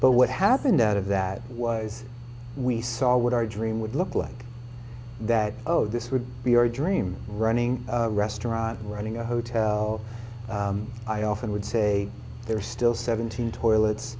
but what happened out of that was we saw what our dream would look like that oh this would be your dream running restaurant running a hotel i often would say there are still seventeen toilets